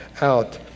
out